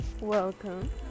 Welcome